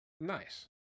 nice